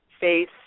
face